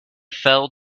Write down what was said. fell